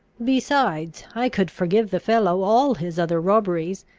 besides, i could forgive the fellow all his other robberies,